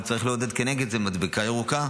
אבל צריך לעודד כנגד זה מדבקה ירוקה.